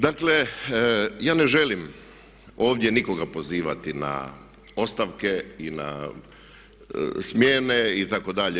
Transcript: Dakle, ja ne želim ovdje nikoga pozivati na ostavke i na smjene itd.